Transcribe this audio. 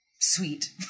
sweet